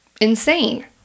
insane